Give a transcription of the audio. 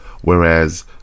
whereas